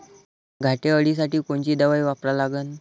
घाटे अळी साठी कोनची दवाई वापरा लागन?